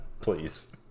please